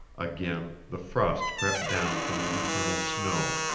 again the frost crept down from the eternal snow,